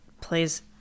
plays